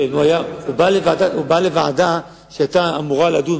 הוא בא לוועדה שהיתה אמורה לדון,